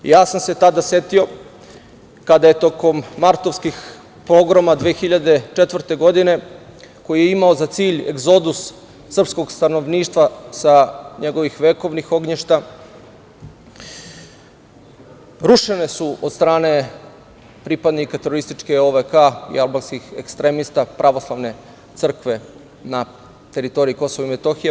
Ja sam se tada setio kada je tokom Martovskih pogroma 2004. godine, koji je imao za cilj egzodus srpskog stanovništva sa njegovih vekovnih ognjišta, rušene od strane pripadnika terorističke OVK i albanskih ekstremista pravoslavne crkve na teritoriji Kosova i Metohije.